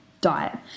diet